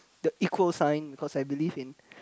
the equal sign because I believe in